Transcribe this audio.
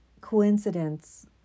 coincidence